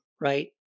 right